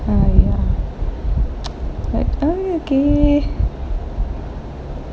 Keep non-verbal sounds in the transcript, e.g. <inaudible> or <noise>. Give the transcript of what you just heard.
!aiya! <noise> but love you okay